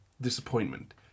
disappointment